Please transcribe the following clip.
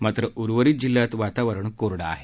मात्र उर्वरीत जिल्ह्यात वातावरण कोरडं आहे